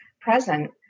present